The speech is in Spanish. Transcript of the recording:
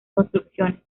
construcciones